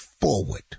forward